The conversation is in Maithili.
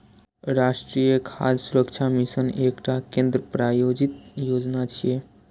राष्ट्रीय खाद्य सुरक्षा मिशन एकटा केंद्र प्रायोजित योजना छियै